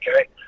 okay